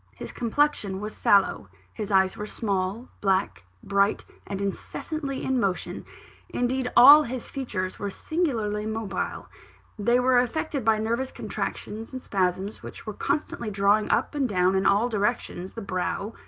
his complexion was sallow his eyes were small, black, bright, and incessantly in motion indeed, all his features were singularly mobile they were affected by nervous contractions and spasms which were constantly drawing up and down in all directions the brow,